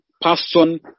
person